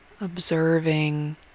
Observing